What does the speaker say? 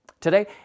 Today